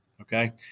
Okay